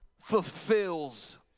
fulfills